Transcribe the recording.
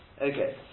Okay